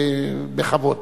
בכבוד.